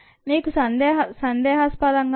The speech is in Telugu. మీకు సందేహాస్పదంగా ఉన్నా